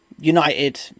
United